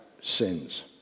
sins